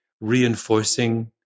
reinforcing –